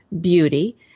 beauty